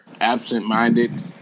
absent-minded